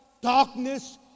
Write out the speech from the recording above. darkness